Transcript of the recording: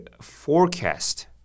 forecast